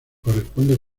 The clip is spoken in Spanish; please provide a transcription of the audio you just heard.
corresponde